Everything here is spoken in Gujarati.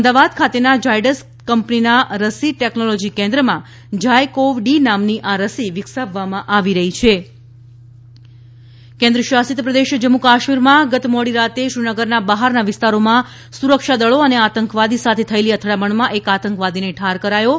અમદાવાદ ખાતેના ઝાયડસ કંપનીના રસી ટેકનોલોજી કેન્દ્રમાં ઝાયકીવ ડી નામની આ રસી વિકસાવવામાં આવી રહી છે જમ્મુ કાશ્મીર કેન્દ્ર શાસિતપ્રદેશ જમ્મુ કાશ્મીરમાં ગત મોડીરાત્રે શ્રીનગરના બહારના વિસ્તારોમાં સુરક્ષાદળી અને આતંકવાદી સાથે થયેલી અથડામણમાં એક આતંકવાદીને ઠાર કરાયો છે